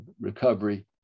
recovery